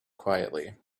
quietly